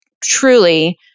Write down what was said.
truly